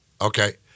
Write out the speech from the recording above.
Okay